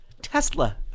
Tesla